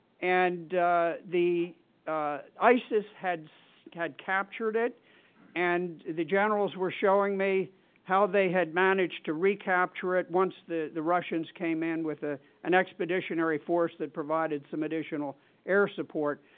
and isis had so had captured it and the generals were showing me how they had managed to recapture, it once the the russians came in with ah an expeditionary force that provided some additional air support.